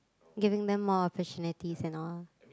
giving them more opportunities and all